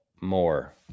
more